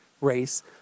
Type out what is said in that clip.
race